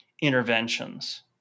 interventions